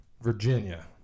Virginia